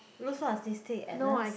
look what's this thing Agnes